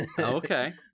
Okay